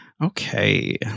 Okay